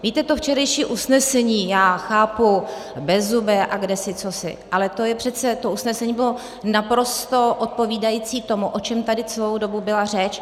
Víte, to včerejší usnesení já chápu, bezzubé a kdesi cosi , ale to usnesení bylo naprosto odpovídající tomu, o čem tady celou dobu byla řeč.